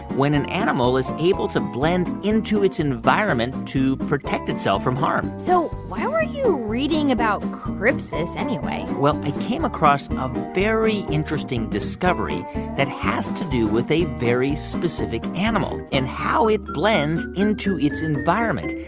when an animal is able to blend into its environment to protect itself from harm so why were you reading about crypsis anyway? well, i came across a very interesting discovery that has to do with a very specific animal and how it blends into its environment.